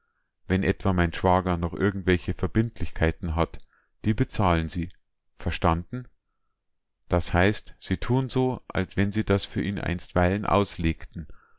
wenn etwa mein schwager noch irgendwelche verbindlichkeiten hat die bezahlen sie verstanden das heißt sie tun so als wenn sie das für ihn einstweilen auslegten